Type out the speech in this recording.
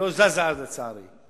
זזה, לצערי.